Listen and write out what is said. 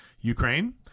Ukraine